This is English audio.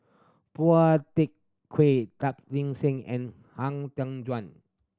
Phua Seng and Han Tan Juan